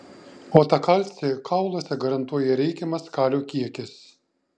o tą kalcį kauluose garantuoja reikiamas kalio kiekis